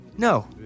No